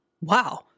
Wow